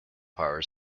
power